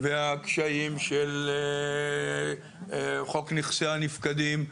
והקשיים של חוק נכסי הנפקדים,